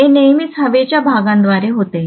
हे नेहमीच हवेच्या भागाद्वारे होते